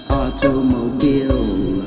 automobile